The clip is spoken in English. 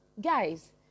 Guys